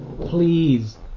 please